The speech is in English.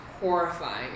horrifying